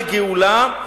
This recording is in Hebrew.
לגאולה,